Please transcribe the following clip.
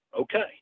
okay